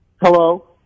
Hello